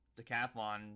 Decathlon